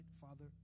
Father